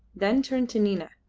then turned to nina.